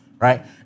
right